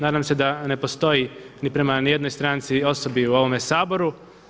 Nadam se da ne postoji ni prema jednoj stranci, osobi u ovome Saboru.